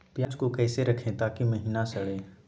प्याज को कैसे रखे ताकि महिना सड़े?